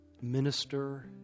Minister